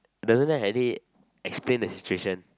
doesn't that had it explain the situation